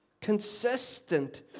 Consistent